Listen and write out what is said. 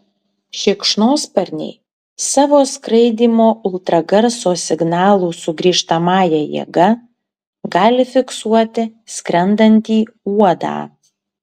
šikšnosparniai savo skraidymo ultragarso signalų sugrįžtamąja jėga gali fiksuoti skrendantį uodą